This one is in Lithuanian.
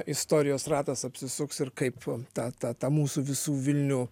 istorijos ratas apsisuks ir kaip tą tą tą mūsų visų vilnių